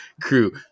crew